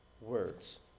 words